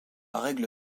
règle